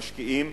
משקיעים,